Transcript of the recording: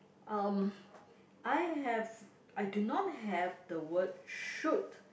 um I have I do not have the word should